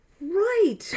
right